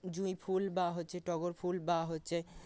জুঁই ফুল বা হচ্ছে টগরফুল বা হচ্ছে